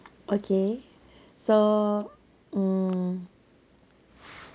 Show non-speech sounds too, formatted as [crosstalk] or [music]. [noise] okay [breath] so mm